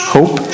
Hope